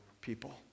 people